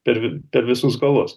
per vi per visus galus